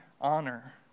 honor